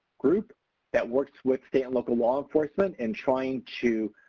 groups that work with state and local law enforcement in trying to